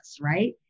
right